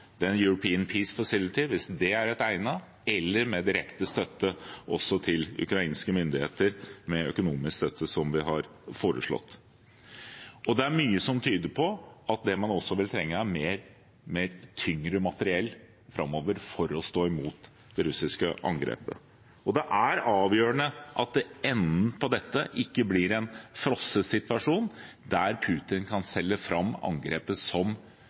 European Peace Facility, hvis det er egnet, eller med direkte økonomisk støtte også til ukrainske myndigheter, som vi har foreslått. Det er mye som tyder på at det man også vil trenge, er mer tyngre materiell framover for å stå imot det russiske angrepet. Det er avgjørende at enden på dette ikke blir en frosset situasjon der Putin kan selge fram angrepet som